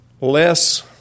less